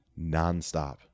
nonstop